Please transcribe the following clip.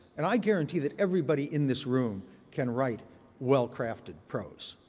and i guarantee that everybody in this room can write well-crafted prose.